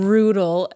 Brutal